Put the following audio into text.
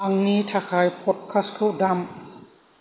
आंनि थाखाय पदकास्टखौ दाम